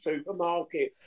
supermarket